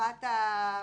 הרחבת המרחקים,